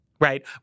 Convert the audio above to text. right